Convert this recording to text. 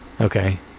Okay